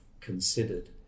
considered